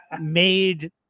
made